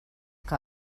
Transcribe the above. que